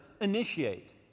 initiate